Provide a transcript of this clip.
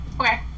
Okay